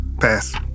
Pass